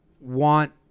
want